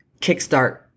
kickstart